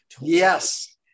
yes